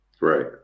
Right